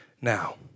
now